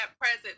present